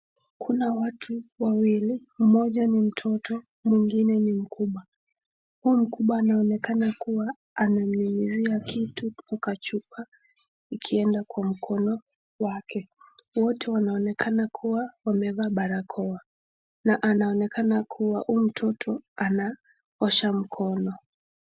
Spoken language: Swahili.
Kuna watu wawili, mmoja ni mtoto, mwingine ni mkubwa. Huyu mkubwa anaonekana kuwa anamnyunyuzia kitu kutoka chupa ikienda kwa mkono wake. Wote wanaonekana kuwa wamevaa barakoa na anaonekana kuwa huyu mtoto anaosha mkono.